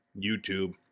youtube